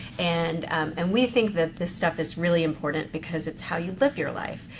and and we think that this stuff is really important because it's how you live your life.